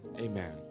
Amen